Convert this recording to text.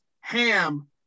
Ham